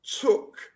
took